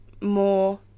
more